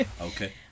Okay